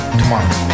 tomorrow